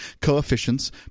coefficients